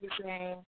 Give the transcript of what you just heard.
Okay